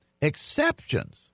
Exceptions